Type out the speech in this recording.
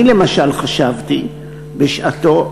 אני למשל חשבתי בשעתי,